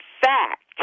fact